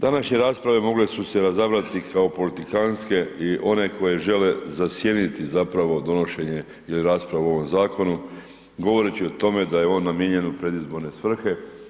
Današnje rasprave mogle su se razabrati kao politikantske i one koje žele zasjeniti zapravo donošenje ili raspravu o ovom zakonu govoreći o tome da je on namijenjen u predizborne svrhe.